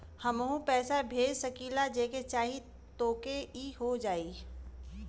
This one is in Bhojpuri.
हमहू पैसा भेज सकीला जेके चाही तोके ई हो जाई?